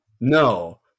No